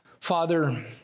Father